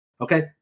okay